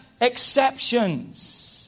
exceptions